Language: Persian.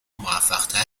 موفقتر